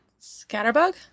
Scatterbug